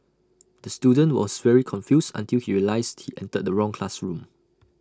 the student was very confused until he realised he entered the wrong classroom